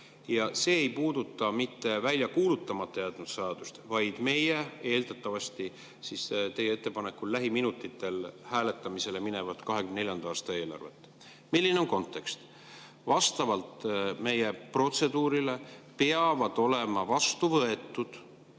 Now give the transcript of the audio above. See ei puuduta mitte välja kuulutamata jäetud seadust, vaid eeldatavasti teie ettepanekul lähiminutitel hääletamisele minevat 2024. aasta eelarvet. Milline on kontekst? Vastavalt meie protseduurile peavad eelnevalt olema vastu võetud